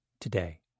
today